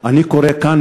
אני קורא כאן,